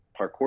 parkour